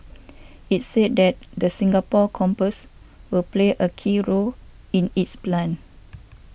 it said that the Singapore campus will play a key role in its plan